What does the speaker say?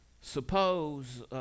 suppose